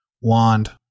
wand